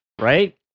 right